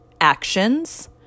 actions